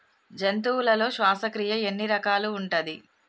జంతువులలో శ్వాసక్రియ ఎన్ని రకాలు ఉంటది?